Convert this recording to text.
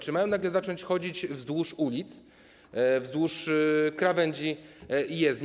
Czy mają nagle zacząć chodzić wzdłuż ulic, wzdłuż krawędzi jezdni?